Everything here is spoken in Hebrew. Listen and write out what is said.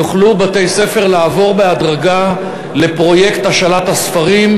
יוכלו בתי-ספר לעבור בהדרגה לפרויקט השאלת הספרים,